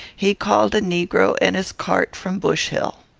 he called a negro and his cart from bush hill.